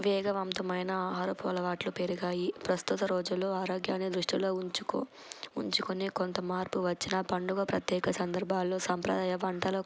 వేగవంతమైన ఆహార పూలవాట్లు పెరిగాయి ప్రస్తుత రోజులు ఆరోగ్యాన్ని దృష్టిలో ఉంచుకో ఉంచుకుని కొంత మార్పు వచ్చిన పండుగ ప్రత్యేక సందర్భాల్లో సాంప్రదాయ వంటలు